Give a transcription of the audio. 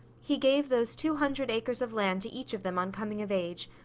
he gave those two hundred acres of land to each of them on coming of age,